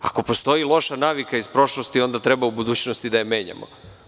Ako postoji loša navika iz prošlosti, onda treba u budućnosti da je menjamo.